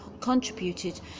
contributed